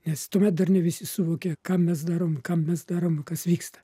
nes tuomet dar ne visi suvokė ką mes darom kam mes darom kas vyksta